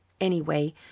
Anyway